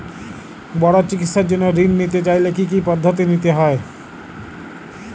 বড় চিকিৎসার জন্য ঋণ নিতে চাইলে কী কী পদ্ধতি নিতে হয়?